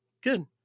good